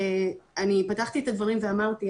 אני פתחתי את הדברים ואמרתי,